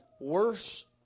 worse